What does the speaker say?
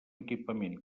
equipament